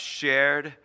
shared